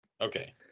okay